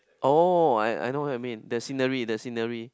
oh I I know what you mean the scenery the scenery